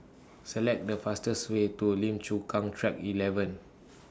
Select The fastest Way to Lim Chu Kang Track eleven